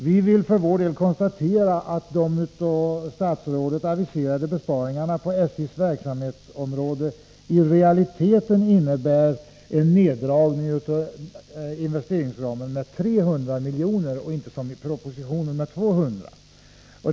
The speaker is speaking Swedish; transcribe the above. Vi vill för vår del konstatera att de av statsrådet aviserade besparingarna på SJ:s verksamhetsområde i realiteten innebär en krympning av investeringsramen med 300 miljoner, inte som anges i propositionen med 200 miljoner.